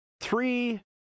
three